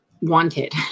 wanted